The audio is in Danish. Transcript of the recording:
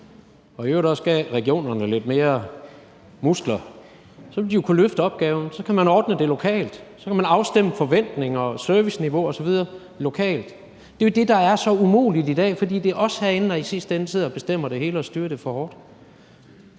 og i øvrigt også gav regionerne lidt flere muskler, ville de jo kunne løfte opgaven. Så kan man ordne det lokalt. Så kan man afstemme forventninger og serviceniveau osv. lokalt. Det er jo det, der er så umuligt i dag, fordi det er os herinde, der i sidste ende sidder og bestemmer det hele og styrer det for hårdt.